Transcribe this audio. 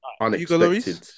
unexpected